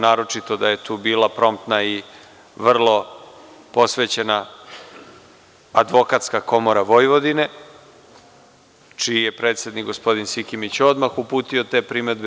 Naročito je tu bila promptna i vrlo posvećena Advokatska komora Vojvodine čiji je predsednik gospodin Sikimić odmah uputio primedbe.